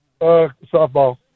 Softball